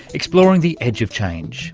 exploring the edge of change